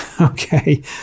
Okay